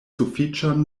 sufiĉan